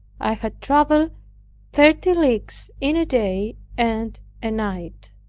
i had traveled thirty leagues in a day and a night.